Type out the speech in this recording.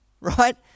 Right